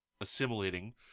assimilating